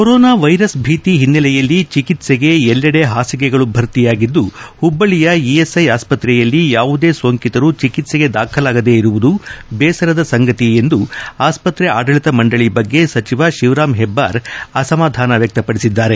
corona virus ಭೀತಿ ಹಿನ್ನೆಲೆಯಲ್ಲಿ ಚಿಕಿತ್ವೆಗೆ ಎಲ್ಲೆಡೆ ಹಾಸಿಗೆಗಳು ಭರ್ತಿಯಾಗಿದ್ದು ಹುಬ್ಬಳ್ಳಿಯ ಇಎಸ್ಐ ಆಸ್ವತ್ರೆಯಲ್ಲಿ ಯಾವುದೇ ಸೋಂಕಿತರು ಚಿಕಿತ್ಸೆಗೆ ದಾಖಲಾಗದೆ ಇರುವುದು ಬೇಸರದ ಸಂಗತಿ ಎಂದು ಆಸ್ವತ್ರೆ ಆಡಳಿತ ಮಂಡಳಿ ಬಗ್ಗೆ ಸಚಿವ ಶಿವರಾಂ ಹೆಬ್ಬಾರ್ ಸಮಾಧಾನ ವ್ಯಕ್ತಪಡಿಸಿದ್ದಾರೆ